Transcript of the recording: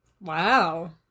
Wow